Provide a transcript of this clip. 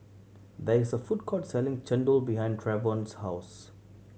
there is a food court selling chendol behind Travon's house